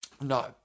No